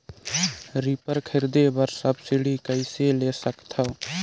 Reaper खरीदे बर subsidy कइसे ले सकथव?